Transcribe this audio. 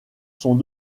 sont